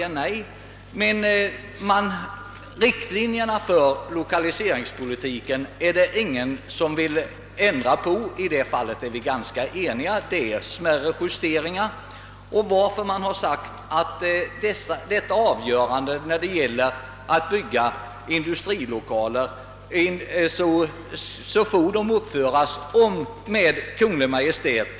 Riktlinjerna för lokaliseringspolitiken vill ingen ändra på. I det fallet är vi ganska eniga, frånsett smärre justeringar. Avgörandet om nya industrilokaler skall uppföras ligger hos Kungl. Maj:t.